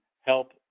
help